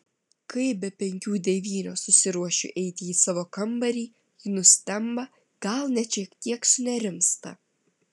kai be penkių devynios susiruošiu eiti į savo kambarį ji nustemba gal net šiek tiek sunerimsta